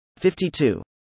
52